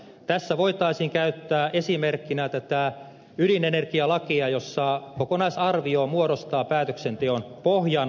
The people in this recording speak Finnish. tässä voitaisiin käyttää esimerkkinä tätä ydinenergialakia jossa kokonaisarvio muodostaa päätöksenteon pohjan